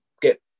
get